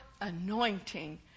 anointing